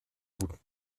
guten